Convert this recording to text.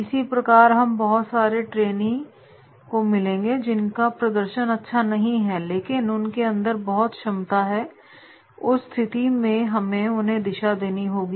इसी प्रकार हम बहुत सारे ट्रेनी को मिलेंगे जिनका प्रदर्शन अच्छा नहीं है लेकिन उनके अंदर बहुत क्षमता है उस स्थिति में हमें उन्हें दिशा देनी होगी